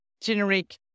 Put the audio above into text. generic